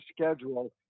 schedule